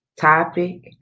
topic